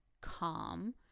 calm